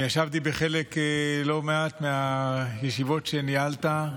אני ישבתי בחלק לא מועט מהישיבות שניהלת.